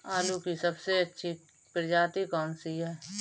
आलू की सबसे अच्छी प्रजाति कौन सी है?